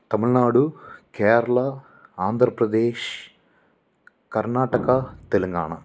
Tamil Nadu Kerala Andhra Pradesh Karnataka Telangana